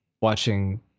watching